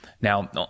Now